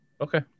Okay